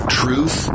truth